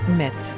met